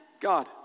God